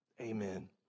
Amen